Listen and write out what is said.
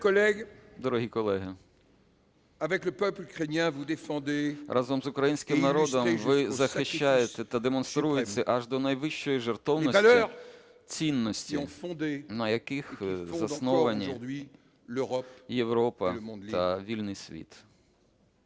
Дорогі колеги, разом з українським народом ви захищаєте та демонструєте, аж до найвищої жертовності, цінності, на яких засновані Європа та вільний світ.